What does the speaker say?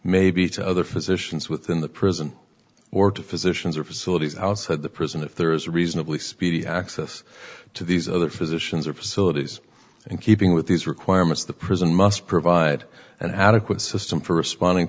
to other physicians within the prison or to physicians or facilities outside the prison if there is a reasonably speedy access to these other physicians or facilities in keeping with these requirements the prison must provide an adequate system for responding